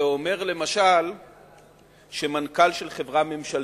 זה אומר למשל שמנכ"ל של חברה ממשלתית,